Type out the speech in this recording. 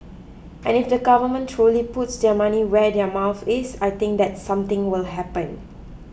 and if the government truly puts their money where their mouth is I think that something will happen